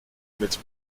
mit